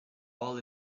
all